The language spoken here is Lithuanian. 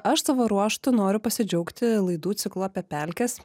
aš savo ruožtu noriu pasidžiaugti laidų ciklu apie pelkes